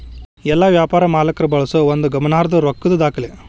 ಎಲ್ಲಾ ವ್ಯಾಪಾರ ಮಾಲೇಕ್ರ ಬಳಸೋ ಒಂದು ಗಮನಾರ್ಹದ್ದ ರೊಕ್ಕದ್ ದಾಖಲೆ